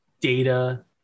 data